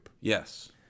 Yes